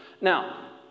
Now